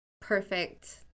perfect